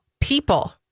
People